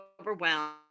overwhelmed